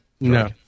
No